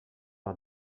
par